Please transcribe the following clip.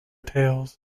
tails